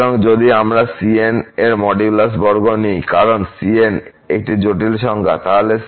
সুতরাং যদি আমরা cn এর মডুলাস বর্গ নিই কারণ cn একটি জটিল সংখ্যা তাহলে